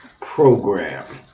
program